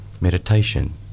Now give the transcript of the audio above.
meditation